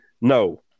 no